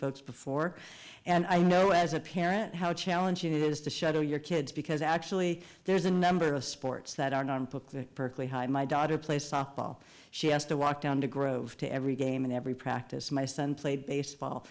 folks before and i know as a parent how challenging it is to shuttle your kids because actually there's a number of sports that are not in book that perfectly hi my daughter play softball she has to walk down to grove to every game and every practice my son played baseball